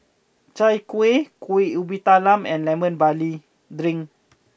Chai Kueh Kuih Ubi Kayu and Lemon Barley Drink